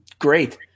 great